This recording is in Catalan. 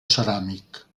ceràmic